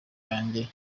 yanjye